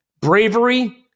bravery